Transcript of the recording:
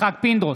יצחק פינדרוס,